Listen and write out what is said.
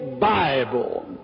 Bible